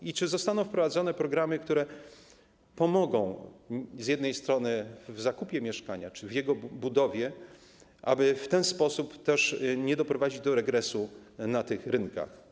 I czy zostaną wprowadzone programy, które pomogą z jednej strony w zakupie mieszkania czy w jego budowie, aby w ten sposób też nie doprowadzić do regresu na tych rynkach?